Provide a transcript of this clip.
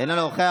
אינו נוכח,